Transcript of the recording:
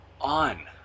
on